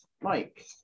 Mike